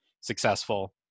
successful